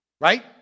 Right